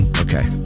Okay